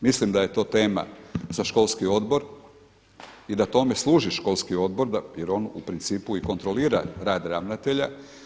Mislim da je to tema za školski odbor i da tome služi školski odbor, jer on u principu i kontrolira rad ravnatelja.